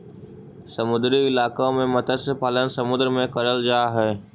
समुद्री इलाकों में मत्स्य पालन समुद्र में करल जा हई